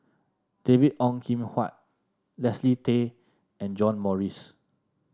David Ong Kim Huat Leslie Tay and John Morrice